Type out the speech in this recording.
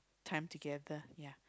time together ya